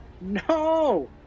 No